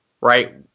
right